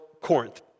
Corinth